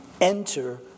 enter